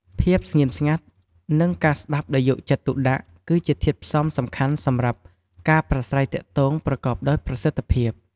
ភាពស្ងៀមស្ងាត់ និងការស្តាប់ដោយយកចិត្តទុកដាក់ គឺជាធាតុផ្សំសំខាន់សម្រាប់ការប្រាស្រ័យទាក់ទងប្រកបដោយប្រសិទ្ធភាព។